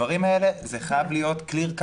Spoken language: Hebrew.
בדברים האלה זה חייב להיות ברור.